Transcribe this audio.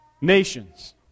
nations